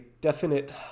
definite